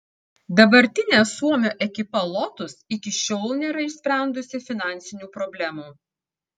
dabartinė suomio ekipa lotus iki šiol nėra išsprendusi finansinių problemų